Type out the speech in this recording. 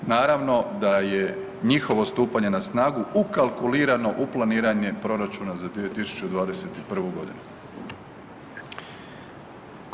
Naravno da je njihovo stupanje na snagu ukalkulirano u planiranje proračuna za 2021. g.